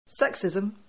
Sexism